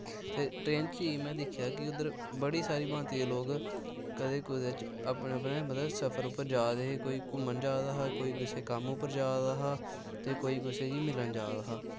ते ट्रेन च जेइयै में दिक्खेआ की उद्धर बड़ी सारी भांति दे लोग कदें कुदै अपने अपने सफर उप्पर जा दे हे कोई घुम्मन जा दा हा कोई अपने कम्म उप्पर जा दा हा कोई कुसै ई मिलन जा दा हा